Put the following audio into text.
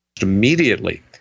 immediately